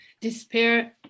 despair